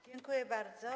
Dziękuję bardzo.